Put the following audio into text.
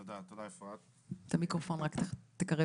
תודה אפרת, תודה